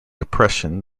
depression